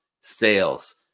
sales